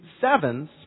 sevens